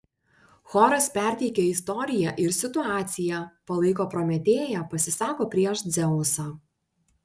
choras perteikia istoriją ir situaciją palaiko prometėją pasisako prieš dzeusą